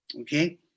Okay